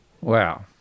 Wow